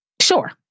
Sure